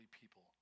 people